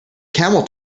camel